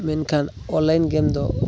ᱢᱮᱱᱠᱷᱟᱱ ᱚᱱᱞᱟᱭᱤᱱ ᱜᱮᱢᱫᱚ